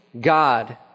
God